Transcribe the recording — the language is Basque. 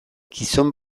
gizon